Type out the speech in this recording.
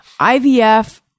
IVF